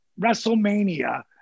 WrestleMania